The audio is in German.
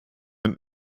und